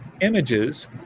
images